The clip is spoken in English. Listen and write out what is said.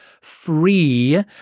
free